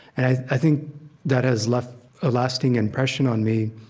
and i i think that has left a lasting impression on me,